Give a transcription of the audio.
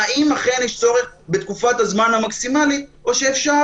אם אכן יש צורך בתקופת הזמן המקסימלית או שאפשר